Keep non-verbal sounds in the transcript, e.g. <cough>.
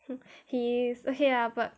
<breath> he is okay ah but